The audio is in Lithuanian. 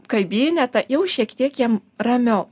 kabinetą jau šiek tiek jam ramiau